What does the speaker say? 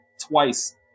twice